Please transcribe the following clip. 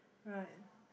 right